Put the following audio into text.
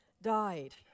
died